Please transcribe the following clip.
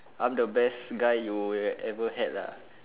I'm the best guy you'll ever had lah